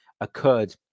occurred